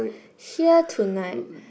here tonight